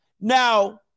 Now